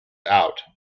out